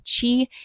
chi